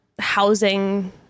housing